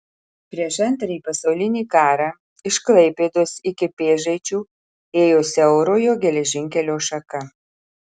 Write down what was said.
prieš antrąjį pasaulinį karą iš klaipėdos iki pėžaičių ėjo siaurojo geležinkelio šaka